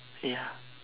ya